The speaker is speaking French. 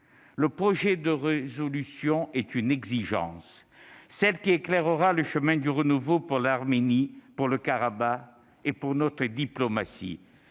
le projet de résolution est une exigence, celle qui éclairera le chemin du renouveau, pour l'Arménie, pour le Haut-Karabagh et pour notre diplomatie.